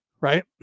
right